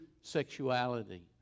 sexuality